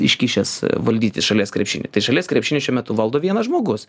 iškišęs valdyti šalies krepšinį tai šalies krepšinį šiuo metu valdo vienas žmogus